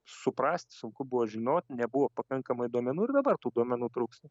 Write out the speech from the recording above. suprast sunku buvo žinot nebuvo pakankamai duomenų ir dabar tų duomenų trūksta